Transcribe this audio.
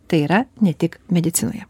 tai yra ne tik medicinoje